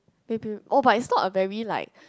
maybe oh but it's not a very like